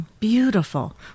Beautiful